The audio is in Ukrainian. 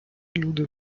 люди